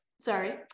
Sorry